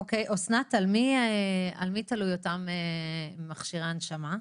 אסנת, במי תלויים אותם מכשירי הנשמה?